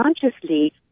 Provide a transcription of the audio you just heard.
consciously